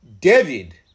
David